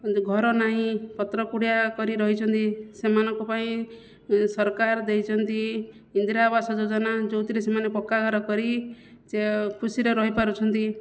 ଘର ନାହିଁ ପତ୍ର କୁଡ଼ିଆ କରି ରହିଛନ୍ତି ସେମାନଙ୍କ ପାଇଁ ସରକାର ଦେଇଛନ୍ତି ଇନ୍ଦିରାଆବାସ ଯୋଜନା ଯେଉଁଥିରେ ସମାନେ ପକ୍କା ଘର କରିକି ଖୁସିରେ ରହିପାରୁଛନ୍ତି